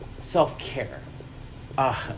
Self-care